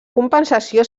compensació